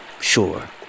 Sure